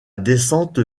descente